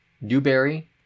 Newberry